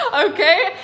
Okay